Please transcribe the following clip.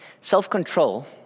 Self-control